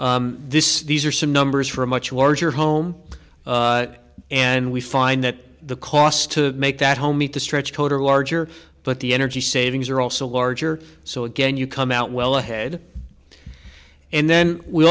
this these are some numbers for a much larger home and we find that the cost to make that homey to stretch total larger but the energy savings are also larger so again you come out well ahead and then we